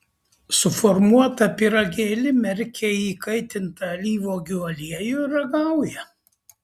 suformuotą pyragėlį merkia į įkaitintą alyvuogių aliejų ir ragauja